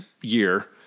year